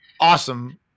awesome